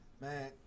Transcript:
Man